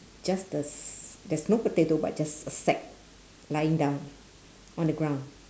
just the s~ there's no potato but just a sack lying down on the ground